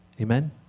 Amen